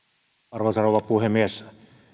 arvoisa puhemies